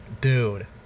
Dude